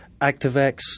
ActiveX